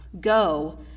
go